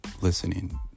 listening